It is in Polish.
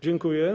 Dziękuję.